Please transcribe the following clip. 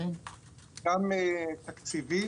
גם תקציבית